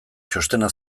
txostena